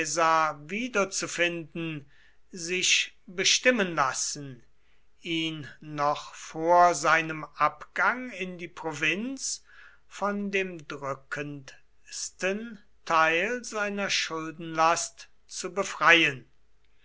wiederzufinden sich bestimmen lassen ihn noch vor seinem abgang in die provinz von dem drückendsten teil seiner schuldenlast zu befreien